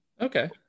Okay